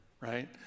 right